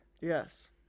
Yes